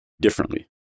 differently